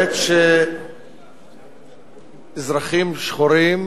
בעת שאזרחים שחורים